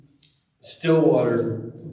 Stillwater